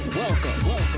welcome